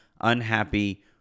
unhappy